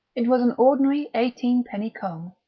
it was an ordinary eighteenpenny comb,